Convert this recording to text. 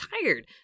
tired